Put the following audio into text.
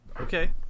Okay